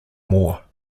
more